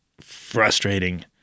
Frustrating